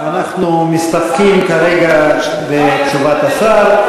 השר, ואנחנו מסתפקים כרגע בתשובת השר.